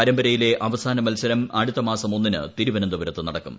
പരമ്പരയിലെ അവസാന മത്സരം അടുത്തമാസം ഒന്നിന് തിരുവന്തപുരത്ത് നടക്കും